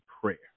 prayer